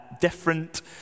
different